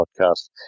Podcast